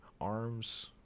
arms